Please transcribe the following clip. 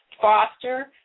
foster